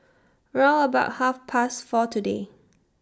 round about Half Past four today